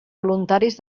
voluntaris